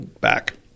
back